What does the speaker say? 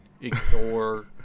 ignore